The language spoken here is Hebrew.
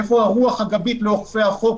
איפה הרוח הגבית לאוכפי החוק?